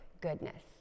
goodness